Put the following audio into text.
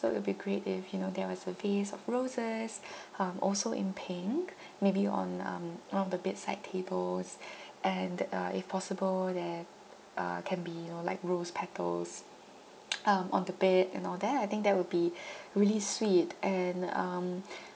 so it'll be great if you know there was a base of roses um also in pink maybe on um one of the bedside tables and uh if possible there uh can be you know like rose petals um on the bed and all that I think that will be really sweet and um